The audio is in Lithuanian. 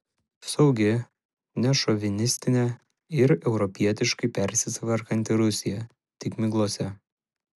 saugi nešovinistinė ir europietiškai persitvarkanti rusija tik miglose